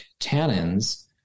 tannins